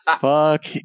Fuck